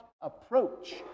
approach